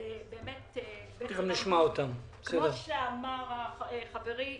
כמו שאמר חברי,